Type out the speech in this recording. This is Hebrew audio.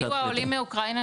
שהגיעו העולים מאוקראינה,